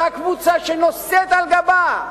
אותה קבוצה שנושאת על גבה,